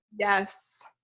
yes